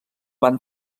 van